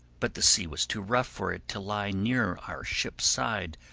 but the sea was too rough for it to lie near our ship's side,